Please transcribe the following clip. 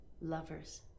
lovers